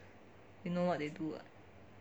you know what they do what